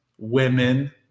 women